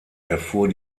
erfuhr